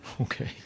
Okay